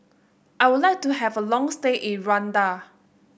I would like to have a long stay in Rwanda